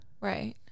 Right